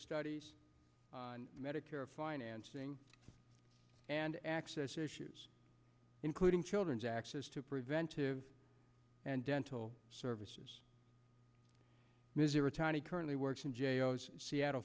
studies on medicare financing and access issues including children's access to preventive and dental services ms ireton he currently works in j i s seattle